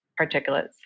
particulates